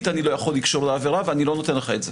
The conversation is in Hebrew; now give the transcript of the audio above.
אני לא יכול לקשור לעבירה ואני לא נותן לך את זה.